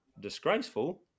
disgraceful